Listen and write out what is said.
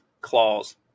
clause